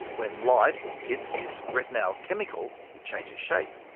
when light hits this retinal chemical, it changes shape.